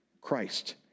Christ